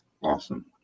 Awesome